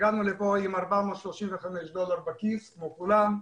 הגענו לכאן עם 435 דולר, כמו כולם.